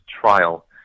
trial